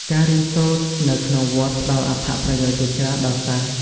ការរៀនសូត្រនៅក្នុងវត្តផ្ដល់អត្ថប្រយោជន៍ជាច្រើនដល់សិស្ស។